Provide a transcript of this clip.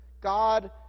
God